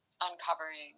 uncovering